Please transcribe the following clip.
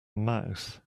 mouth